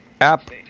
app